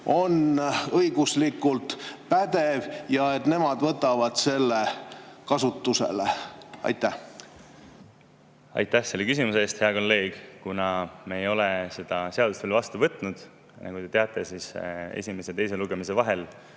on õiguslikult pädev ja et nemad võtavad selle kasutusele. Aitäh selle küsimuse eest, hea kolleeg! Kuna me ei ole seda seadust veel vastu võtnud – nagu te teate, esimese ja teise lugemise vahel